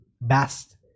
best